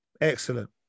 Excellent